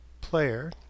player